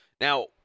now